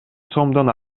сомдон